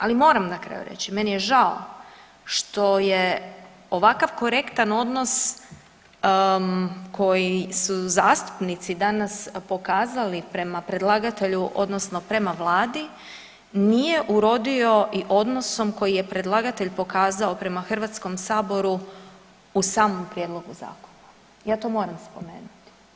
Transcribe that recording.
Ali moram na kraju reći, meni je žao što je ovakav korektan odnos koji su zastupnici danas pokazali prema predlagatelju odnosno prema vladi nije urodio i odnosom koji je predlagatelj pokazao prema HS u samom prijedlogu zakona, ja to moram spomenuti.